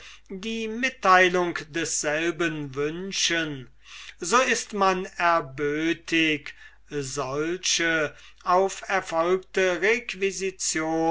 die mitteilung desselben wünschen so ist man erbötig solche auf beschehene requisition